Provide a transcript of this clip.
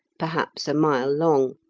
perhaps a mile long,